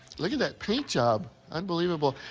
look at that paint job. unbelievable.